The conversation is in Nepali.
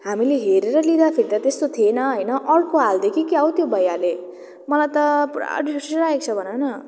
हामीले हेरेर लिँदा फेरि त त्यस्तो थिएन होइन अर्को हालिदियो कि क्या हो त्यो भैयाले मलाई त पुरा रिस उठिरहेको छ भन न